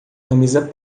camisa